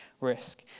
risk